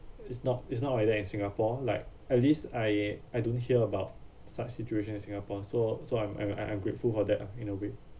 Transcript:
it's not it's not like that in singapore like at least I I don't hear about such situation in singapore so so I'm I'm I'm I'm grateful for that ah in a way